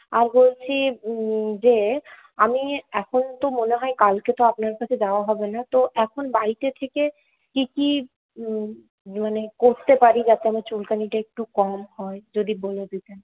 আর বলছি যে আমি এখন তো মনে হয় কালকে তো আপনার কাছে যাওয়া হবে না তো এখন বাড়িতে থেকে কি কি মানে করতে পারি বা কোনো চুলকানিটা একটু কম হয় যদি বলে দিতেন